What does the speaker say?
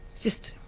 just